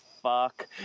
Fuck